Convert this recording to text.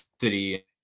City